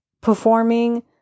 performing